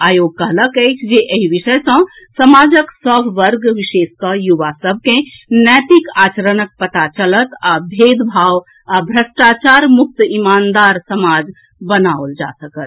आयोग कहलक अछि जे एहि विषय सॅ समाजक सभ वर्ग विशेषकऽ युवा सभ के नैतिक आचरणक पता चलत आ भेदभाव आ भ्रष्टाचार मुक्त ईमानदार समाज बनाओल जा सकत